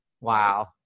Wow